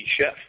chef